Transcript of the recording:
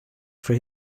for